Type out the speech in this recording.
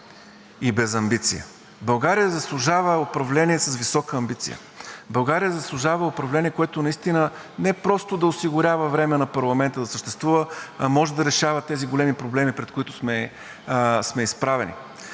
и без амбиция. България заслужава управление с висока амбиция, България заслужава управление, което наистина не просто да осигурява време на парламента да съществува, а може да решава тези големи проблеми, пред които сме изправени.